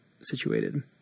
situated